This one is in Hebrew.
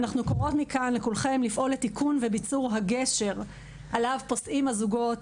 אנחנו קוראות מכאן לכולם לפעול לתיקון וביצור הגשר עליו פוסעים הזוגות